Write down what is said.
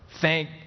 Thank